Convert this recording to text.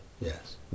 Yes